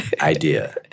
idea